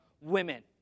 women